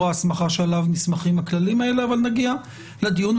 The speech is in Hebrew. ההסמכה עליו נסמכים הכללים האלה אבל נגיע לדיון.